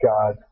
God